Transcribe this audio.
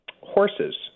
horses